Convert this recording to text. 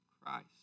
Christ